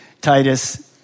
Titus